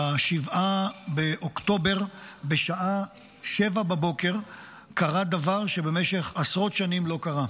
ב-7 באוקטובר בשעה 07:00 קרה דבר שבמשך עשרות שנים לא קרה: